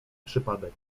przypadek